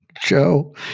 Joe